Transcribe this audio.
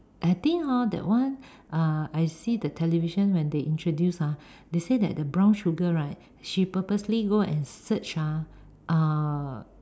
I think hor that one uh I see the television when they introduce ah they say that the brown sugar right she purposely go and search ah